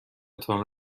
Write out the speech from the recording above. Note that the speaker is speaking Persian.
تان